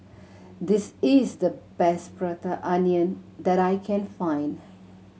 this is the best Prata Onion that I can find